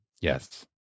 yes